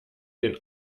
den